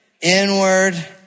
inward